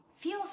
feels